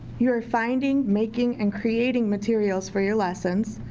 you're finding, making and creating materials for your lessons,